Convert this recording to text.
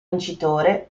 vincitore